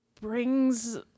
brings